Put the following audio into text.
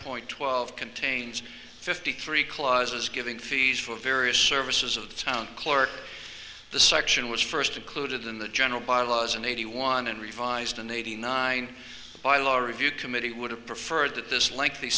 point twelve contains fifty three clauses giving fees for various services of the town clerk the section was first included in the general bylaws in eighty one and revised in eighty nine by law review committee would have preferred t